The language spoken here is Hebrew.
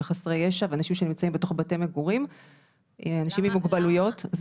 חסרי ישע ואנשים שנמצאים בתוך בתי מגורים ואנשים עם מוגבלויות.